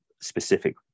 specific